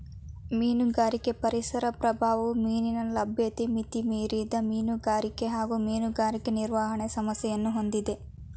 ಮೀನುಗಾರಿಕೆ ಪರಿಸರ ಪ್ರಭಾವವು ಮೀನಿನ ಲಭ್ಯತೆ ಮಿತಿಮೀರಿದ ಮೀನುಗಾರಿಕೆ ಹಾಗೂ ಮೀನುಗಾರಿಕೆ ನಿರ್ವಹಣೆ ಸಮಸ್ಯೆಯನ್ನು ಹೊಂದಿದೆ